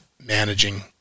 managing